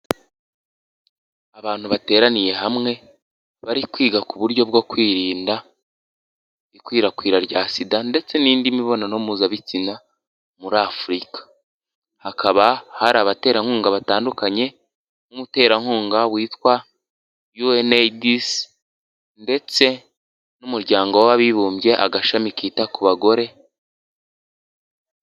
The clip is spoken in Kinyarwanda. Abantu bateraniye hamwe bari kwiga ku buryo bwo kwirinda ikwirakwira rya sida ndetse n'indi mibonano mpuzabitsina muri Afurika, hakaba hari abaterankunga batandukanye, nk'umuterankunga witwa UNAIDS, ndetse n'umuryango w'abibumbye agashami kita ku bagore.